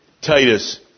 Titus